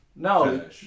No